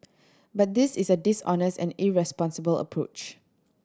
but this is a dishonest and irresponsible approach